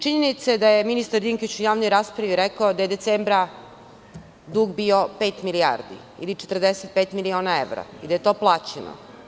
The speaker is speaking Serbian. Činjenica je da je ministar Dinkić u javnoj raspravi rekao da je decembra dug bio pet milijardi ili 45 miliona evra i da je to plaćeno.